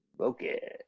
okay